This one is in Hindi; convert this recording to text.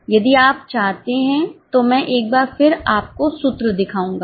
यदि आप चाहते हैं तो मैं एक बार फिर आपको सूत्र दिखाऊंगा